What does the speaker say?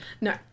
No